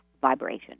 vibration